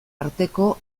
arteko